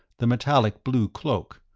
the metallic blue cloak,